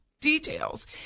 details